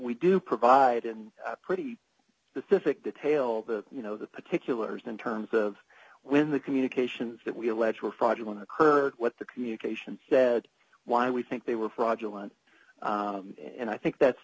we do provide and pretty specific detail that you know the particulars in terms of when the communications that we allege were fraudulent occurred what the communication said why we think they were fraudulent and i think that's